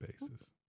basis